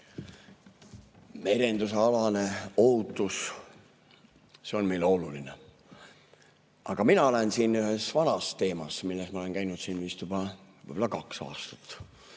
Merendusalane ohutus – see on meile oluline. Aga mina olen siin ühe vana teemaga, millega ma olen käinud siin vist juba kaks aastat.